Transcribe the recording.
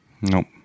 Nope